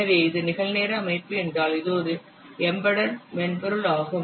எனவே இது நிகழ்நேர அமைப்பு என்றால் இது ஒரு எம்பெடெட் மென்பொருள் ஆகும்